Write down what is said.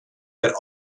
der